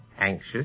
Anxious